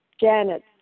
Janet